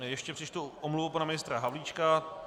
Ještě přečtu omluvu pana ministra Havlíčka.